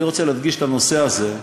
אני רוצה להדגיש את הנושא הזה.